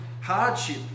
hardship